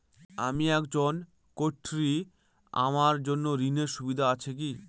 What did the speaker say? আমি একজন কট্টি আমার জন্য ঋণের সুবিধা আছে কি?